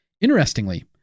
Interestingly